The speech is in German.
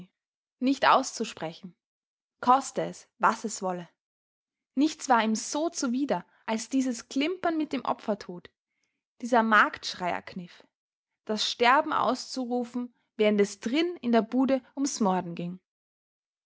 nicht auszusprechen koste es was es wolle nichts war ihm so zuwider als dieses klimpern mit dem opfertod dieser marktschreierkniff das sterben auszurufen während es drinn in der bude um's morden ging